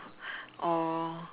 or